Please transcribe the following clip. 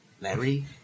Larry